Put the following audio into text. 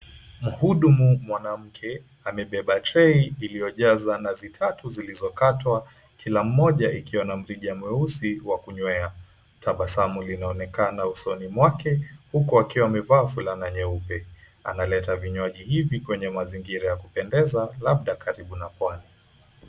Mhudumu mwanamke, amebeba trei iliyojaza nazi tatu ziliyokatwa kila mmoja ikiwa na mrija mweusi wa kunywea. Tabasamu linaonekana usoni mwake huku akiwa amevaa fulana nyeupe. Analeta vinywaji hivi kwenye mazingira ya kupendeza, labda karibu na pwani.